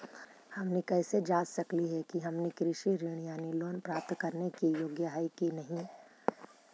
हमनी कैसे जांच सकली हे कि हमनी कृषि ऋण यानी लोन प्राप्त करने के योग्य हई कि नहीं?